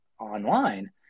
online